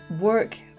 work